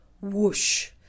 whoosh